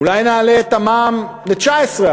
אולי נעלה את המע"מ ל-19%,